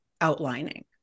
outlining